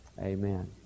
Amen